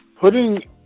putting